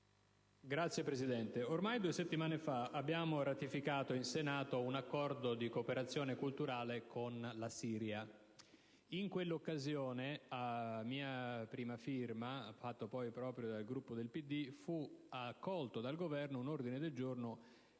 Signor Presidente, due settimane fa abbiamo ratificato in Senato un accordo di cooperazione culturale con la Siria. In quell'occasione, a mia prima firma e poi fatto proprio dal Gruppo del PD, fu accolto dal Governo un ordine del giorno